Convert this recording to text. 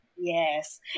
yes